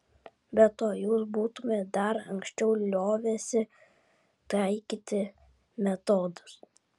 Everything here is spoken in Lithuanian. be to jūs būtumėte dar anksčiau liovęsi taikyti metodus